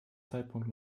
zeitpunkt